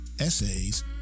essays